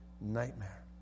nightmare